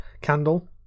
candle